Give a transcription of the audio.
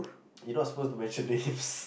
you not supposed to mention names